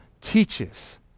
teaches